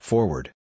Forward